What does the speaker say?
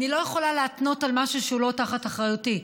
אני לא יכולה להתנות על משהו שהוא לא תחת אחריותי.